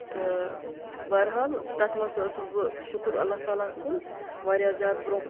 تہٕ بہرحال تَتھ منٛز تہِ ٲسٕس بہٕ شُکُراللہ تعالیٰ ہس کُن واریاہ زیادٕ برونٛہہ